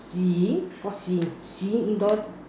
seeing what seeing seeing indoor